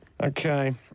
Okay